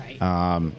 Right